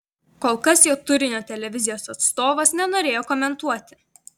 kol kas jo turinio televizijos atstovas nenorėjo komentuoti